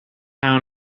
town